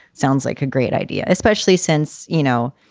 sounds like a great idea, especially since, you know,